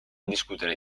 discutere